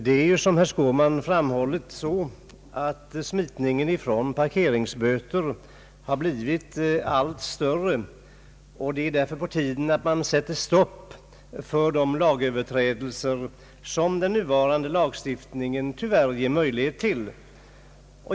Herr talman! Som herr Skårman har framhållit har smitning från parkeringsböter blivit alltmer vanlig, och det är därför på tiden att man sätter stopp för de lagöverträdelser som den nuvarande lagstiftningen tyvärr ger möjlighet till.